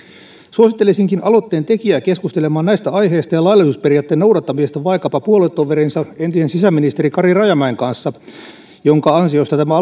suosittelisinkin aloitteen tekijää keskustelemaan näistä aiheista ja laillisuusperiaatteen noudattamisesta vaikkapa puoluetoverinsa entisen sisäministeri kari rajamäen kanssa jonka ansiosta tämä